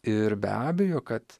ir be abejo kad